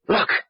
Look